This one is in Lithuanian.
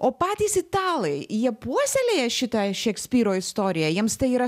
o patys italai jie puoselėja šitą šekspyro istoriją jiems tai yra